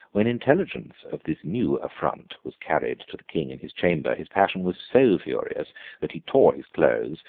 when intelligence of this new affront was carried to the king in his chamber, his passion was so furious that he tore his clothes,